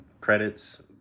credits